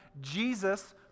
Jesus